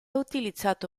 utilizzato